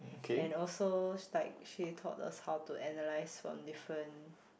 and also like she taught us how to analyse from different